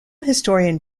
historian